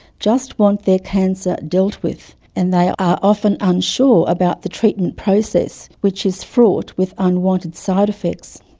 just want their cancer dealt with, and they are often unsure about the treatment process, which is fraught with unwanted side effects.